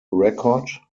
record